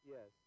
Yes